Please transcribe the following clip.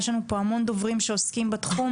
יש לנו פה המון דוברים שעוסקים בתחום